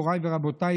מוריי ורבותיי,